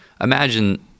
imagine